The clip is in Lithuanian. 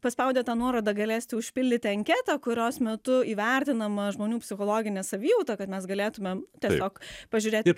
paspaudę tą nuorodą galėsite užpildyti anketą kurios metu įvertinama žmonių psichologinė savijauta kad mes galėtumėm tiesiog pažiūrėti